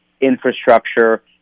infrastructure